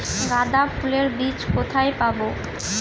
গাঁদা ফুলের বীজ কোথায় পাবো?